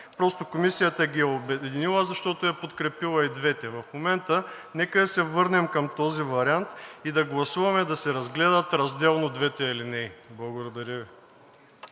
Просто Комисията ги е обединила, защото е подкрепила и двете. В момента нека да се върнем към този вариант и да гласуваме да се разгледат разделно двете алинеи. Благодаря.